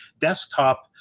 desktop